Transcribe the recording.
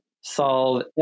solve